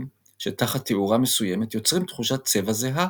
שתחת תאורה מסוימת יוצרים תחושת צבע זהה,